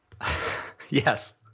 Yes